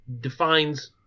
defines